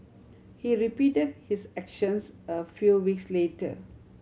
he repeated his actions a few weeks later